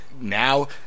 now